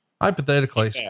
Hypothetically